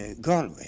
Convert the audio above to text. Galway